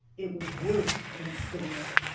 it was worse than stillness,